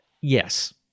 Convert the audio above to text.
Yes